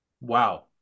Wow